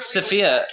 Sophia